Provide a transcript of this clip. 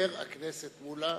חבר הכנסת מולה.